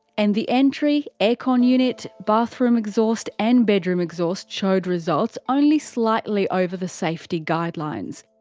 and the entry, air con unit, bathroom exhaust and bedroom exhaust showed results only slightly over the safety guidelines.